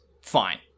fine